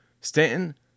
Stanton